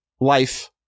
life